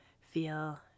feel